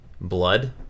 blood